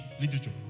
Literature